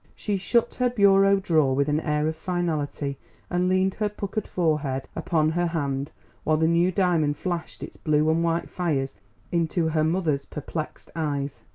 she shut her bureau drawer with an air of finality and leaned her puckered forehead upon her hand while the new diamond flashed its blue and white fires into her mother's perplexed eyes.